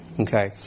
Okay